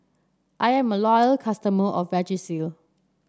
I'm a loyal customer of Vagisil